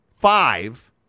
five